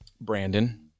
Brandon